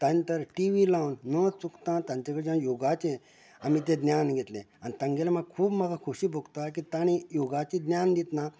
त्या नंतर T V लावन न चुकता तांचे कडच्यान योगाचेर आमी ते ज्ञान घेतले आनी तांगेले म्हाका खूब म्हाका खोशी भोगता तांणी योगाचें ज्ञान दितना